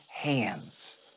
hands